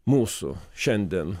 mūsų šiandien